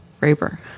Raper